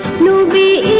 newbie